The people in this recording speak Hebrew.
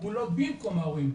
הוא לא במקום ההורים.